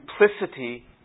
simplicity